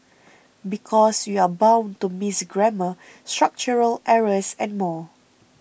because you're bound to miss grammar structural errors and more